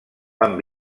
van